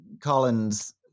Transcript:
Collins